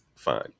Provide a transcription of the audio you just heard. Fine